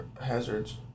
hazards